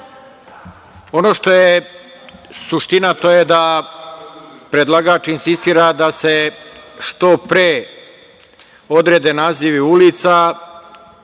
Ono što je suština da predlagač insistira da se što pre odrede nazivi ulica,